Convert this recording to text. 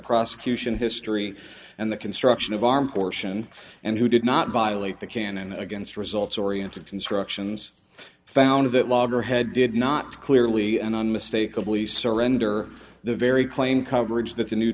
prosecution history and the construction of arm portion and who did not violate the canon against results oriented constructions found that loggerhead did not clearly and unmistakably surrender the very claim coverage that the new